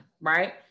right